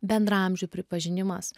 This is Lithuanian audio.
bendraamžių pripažinimas